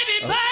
Baby